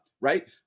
right